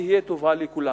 תהיה טובה לכולם,